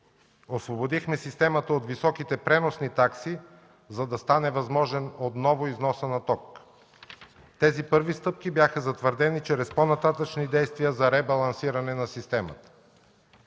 Освободихме системата от високите преносни такси, за да стане възможен отново износът на ток. Тези първи стъпки бяха затвърдени чрез по-нататъшни действия за ребалансиране на системата.